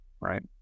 right